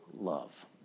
love